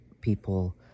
people